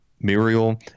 Muriel